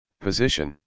position